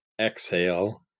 Exhale